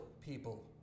people